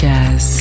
Jazz